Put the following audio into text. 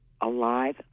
alive